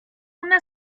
una